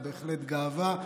זו בהחלט גאווה,